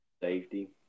safety